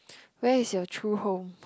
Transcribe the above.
where is your true home